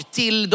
till